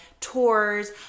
tours